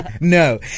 No